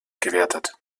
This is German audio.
gewertet